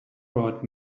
brought